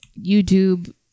YouTube